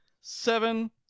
Seven